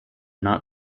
not